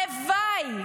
הלוואי,